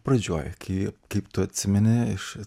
pradžioj kai kaip tu atsimeni iš